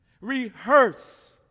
rehearse